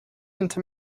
into